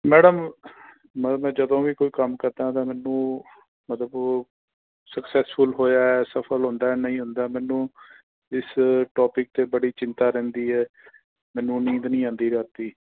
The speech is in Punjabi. ਮੈੜਮ ਮਤਲਬ ਮੈਂ ਜਦੋਂ ਵੀ ਕੋਈ ਕੰਮ ਕਰਦਾ ਤਾਂ ਮੈਨੂੰ ਮਤਲਬ ਸਕਸੈਸਫੁੱਲ ਹੋਇਆ ਸਫਲ ਹੁੰਦਾ ਨਹੀਂ ਹੁੰਦਾ ਮੈਨੂੰ ਇਸ ਟੌਪਿਕ 'ਤੇ ਬੜੀ ਚਿੰਤਾ ਰਹਿੰਦੀ ਹੈ ਮੈਨੂੰ ਨੀਂਦ ਨਹੀਂ ਆਉਂਦੀ ਰਾਤੀ